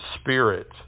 Spirit